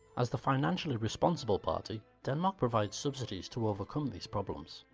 as the financially responsible party, denmark provides subsidies, to overcome these problems.